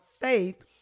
faith